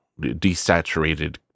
desaturated